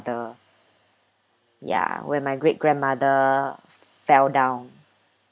ya when my great grandmother f~ fell down